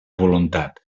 voluntat